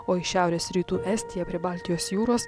o į šiaurės rytų estiją prie baltijos jūros